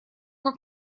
как